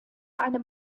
einem